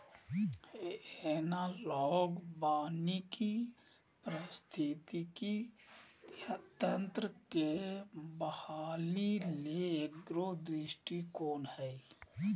analogue वानिकी पारिस्थितिकी तंत्र के बहाली ले एगो दृष्टिकोण हइ